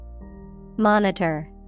Monitor